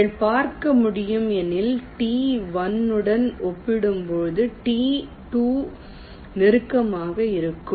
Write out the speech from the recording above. நீங்கள் பார்க்க முடியும் எனில் T 1 உடன் ஒப்பிடும்போது T 2 நெருக்கமாக இருக்கும்